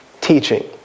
Teaching